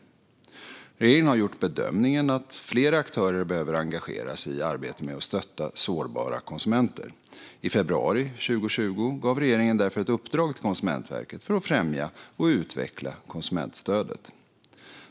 Regeringen har gjort bedömningen att fler aktörer behöver engageras i arbetet med att stötta sårbara konsumenter. I februari 2020 gav regeringen därför ett uppdrag till Konsumentverket för att främja och utveckla konsumentstödet.